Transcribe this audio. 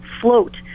float